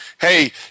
Hey